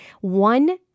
one